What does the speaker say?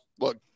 look